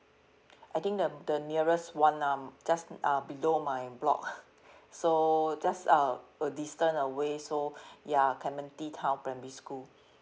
I think the the nearest one um just uh below my block so just uh a distance away so ya clementi town primary school